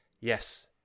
yes